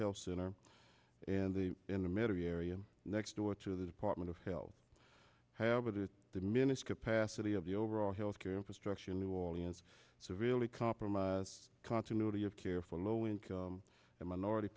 health center and the in the metro area next door to the department of health have it diminished capacity of the overall health care infrastructure in new orleans severely compromised continuity of care for low income and minority